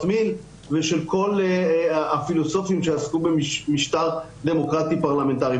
מיל ושל כל הפילוסופים שעסקו במשטר דמוקרטי פרלמנטרי.